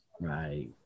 Right